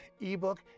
Ebook